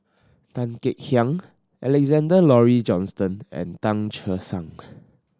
Tan Kek Hiang Alexander Laurie Johnston and Tan Che Sang